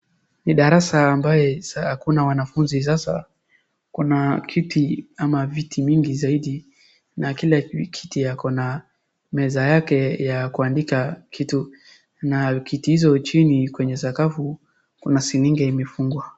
Ni darasa ambaye hakuna wanafunzi sasa kuna kiti ama viti mingi zaidi na kila kiti akona meza yake yakuandika kitu na kiti hizo chini kwenye sakafu kuna seng'enge imefungwa.